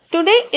Today